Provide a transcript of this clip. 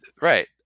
Right